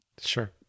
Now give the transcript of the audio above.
Sure